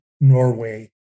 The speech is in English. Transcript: Norway